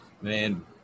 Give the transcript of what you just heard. Man